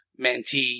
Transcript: mentee